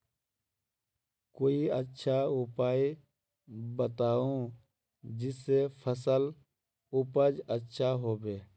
कोई अच्छा उपाय बताऊं जिससे फसल उपज अच्छा होबे